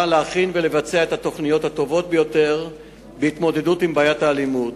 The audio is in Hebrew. להכין ולבצע את התוכניות הטובות ביותר בהתמודדות עם בעיית האלימות,